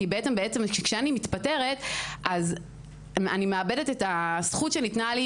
כי כשאני מתפטרת אז אני מאבדת את הזכות שניתנה שלי,